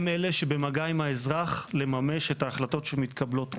הם אלה שבמגע עם האזרח לממש את ההחלטות שמתקבלות כאן,